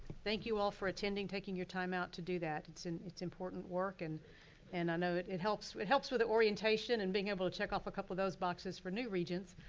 thank you all for attending, taking your time out to do that. it's and it's important work and and i know it helps it helps with the orientation and being able to check off a couple of those boxes for new regions,